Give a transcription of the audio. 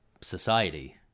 society